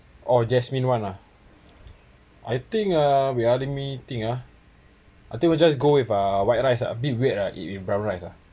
orh jasmine one ah I think uh wait uh let me think uh I think we'll just go with uh white rice uh a bit weird ah eat with brown rice ah